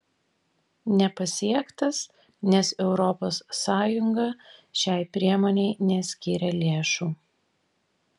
nepasiektas nes europos sąjunga šiai priemonei neskyrė lėšų